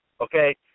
okay